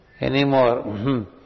anymore